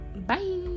Bye